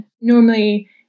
Normally